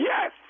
Yes